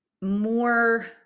more